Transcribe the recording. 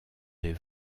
des